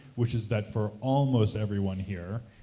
which is that, for almost everyone here,